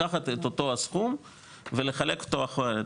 לקחת את אותו הסכום ולחלק אותו אחרת,